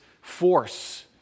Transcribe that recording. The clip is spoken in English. force